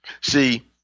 See